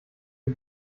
die